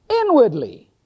inwardly